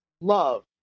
love